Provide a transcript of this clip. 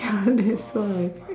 ya that's why